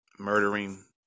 murdering